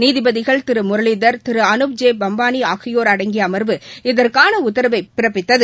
நீதிபதிகள் திரு முரளிதர் திரு அனுப் ஜெ பம்பானி ஆகியோர் அடங்கிய அமர்வு இதற்கான உத்தரவை பிறப்பித்தது